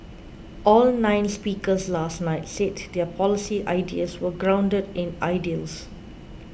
all nine speakers last night said their policy ideas were grounded in ideals